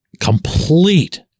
complete